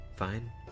Fine